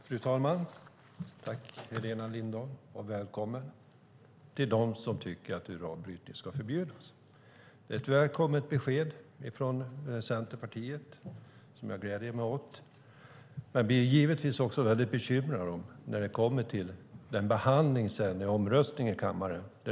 Fru talman! Välkommen, Helena Lindahl, bland dem som tycker att uranbrytning ska förbjudas. Det är ett välkommet besked från Centerpartiet, som jag gläder mig åt. Men jag blir givetvis bekymrad när det kommer till omröstning i kammaren.